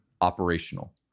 Operational